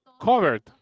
covered